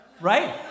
Right